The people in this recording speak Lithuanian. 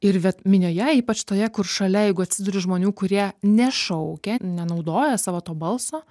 ir vat minioje ypač toje kur šalia jeigu atsiduri žmonių kurie nešaukia nenaudoja savo to balso